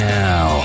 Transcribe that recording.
now